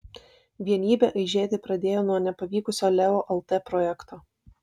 vienybė aižėti pradėjo nuo nepavykusio leo lt projekto